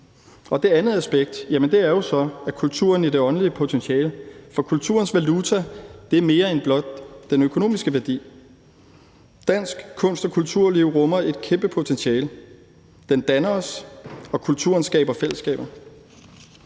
Det andet aspekt er jo så, at kulturen har potentiale på det åndelige plan. For kulturens valuta er mere end blot den økonomiske værdi. Dansk kunst- og kulturliv rummer et kæmpe potentiale. Kulturen danner os, og kulturen skaber fællesskaber.